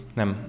nem